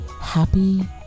happy